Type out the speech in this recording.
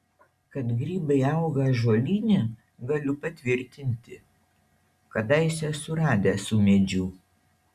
kad grybai auga ąžuolyne galiu patvirtinti kadaise esu radęs ūmėdžių